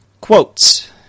Quotes